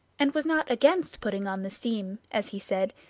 and was not against putting on the steam, as he said,